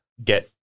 Get